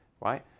right